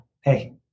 hey